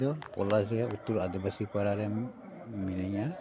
ᱤᱧ ᱫᱚ ᱦᱚᱞᱟ ᱜᱮ ᱟᱹᱫᱤᱵᱟᱹᱥᱤ ᱯᱟᱲᱟ ᱨᱮ ᱢᱤᱱᱟᱹᱧᱟ